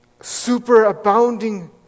superabounding